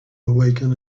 awaken